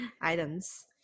items